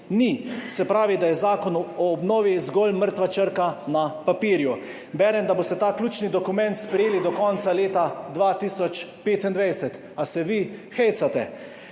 ni. Se pravi, da je zakon o obnovi zgolj mrtva črka na papirju. Berem, da boste ta ključni dokument sprejeli do konca leta 2025. Ali se vi hecate?